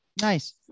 nice